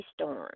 storm